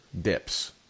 dips